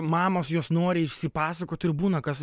mamos jos nori išsipasakot ir būna kas